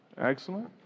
Excellent